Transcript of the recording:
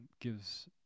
gives